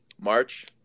March